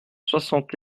soixante